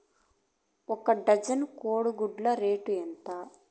ఒక డజను కోడి గుడ్ల రేటు ఎంత?